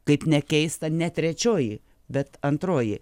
kaip nekeista ne trečioji bet antroji